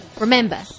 Remember